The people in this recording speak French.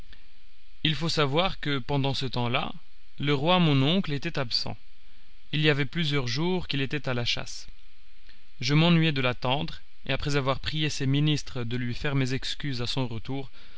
il faut savoir que pendant ce temps-là le roi mon oncle était absent il y avait plusieurs jours qu'il était à la chasse je m'ennuyai de l'attendre et après avoir prié ses ministres de lui faire mes excuses à son retour